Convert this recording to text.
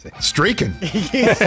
streaking